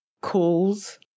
calls